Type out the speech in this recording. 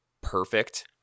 perfect